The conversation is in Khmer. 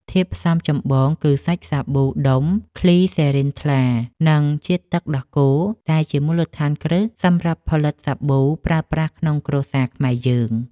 ធាតុផ្សំចម្បងគឺសាច់សាប៊ូដុំក្លីសេរីនថ្លា និង ជាតិទឹកដោះគោដែលជាមូលដ្ឋានគ្រឹះសម្រាប់ផលិតសាប៊ូប្រើប្រាស់ក្នុងគ្រួសារខ្មែរយើង។